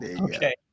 Okay